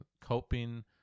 coping